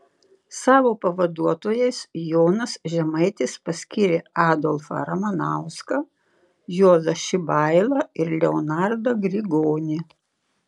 savo pavaduotojais jonas žemaitis paskyrė adolfą ramanauską juozą šibailą ir leonardą grigonį